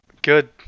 Good